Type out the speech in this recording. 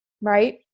right